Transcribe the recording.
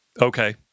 Okay